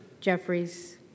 Jeffries